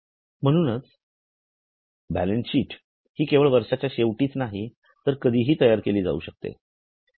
म्हणून बॅलन्सशिट हि केवळ वर्ष्याच्या शेवटीच नाही तर कधीही तयार केली जाऊ शकते